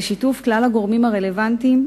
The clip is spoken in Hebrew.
בשיתוף כלל הגורמים הרלוונטיים,